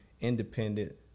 independent